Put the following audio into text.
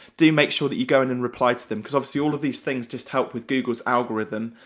do make sure that you go in and reply to them, cause obviously, all of these things just help with google's algorithm,